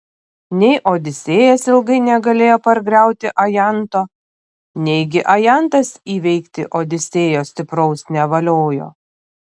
nei odisėjas ilgai negalėjo pargriauti ajanto neigi ajantas įveikti odisėjo stipraus nevaliojo